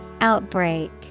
Outbreak